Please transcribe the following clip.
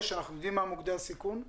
אנחנו יודעים מהם מוקדי הסיכון,